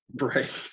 Right